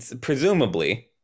Presumably